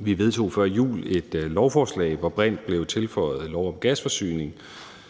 Vi vedtog før jul et lovforslag, hvor brint blev tilføjet lov om gasforsyning.